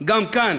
גם כאן.